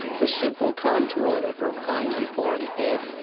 the simple contour of her finely formed head,